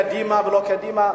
קדימה ולא קדימה,